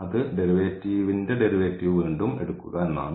അത് ഡെറിവേറ്റീവ്ൻറെ ഡെറിവേറ്റീവ് വീണ്ടും എടുക്കുക എന്നാണ്